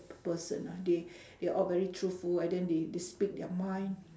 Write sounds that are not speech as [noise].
person ah they [breath] they're all very truthful and then they speak their mind